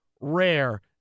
rare